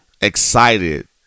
excited